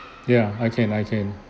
ya I can I can